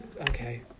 Okay